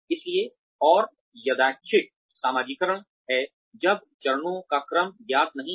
इसलिए और यादृच्छिक समाजीकरण है जब चरणों का क्रम ज्ञात नहीं है